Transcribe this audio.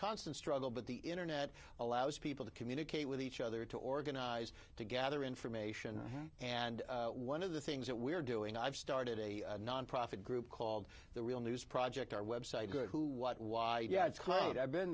constant struggle but the internet allows people to communicate with each other to organize to gather information and one of the things that we're doing i've started a nonprofit group called the real news project our website good who what why yeah it's close i've been